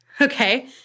Okay